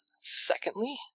secondly